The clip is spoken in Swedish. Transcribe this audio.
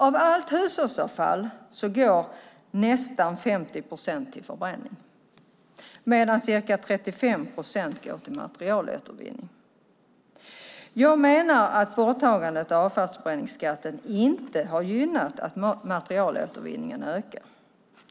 Av allt hushållsavfall går nästan 50 procent till förbränning, medan ca 35 procent går till materialåtervinning. Jag menar att borttagandet av avfallsförbränningsskatten inte har gynnat en ökning av materialåtervinningen.